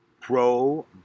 pro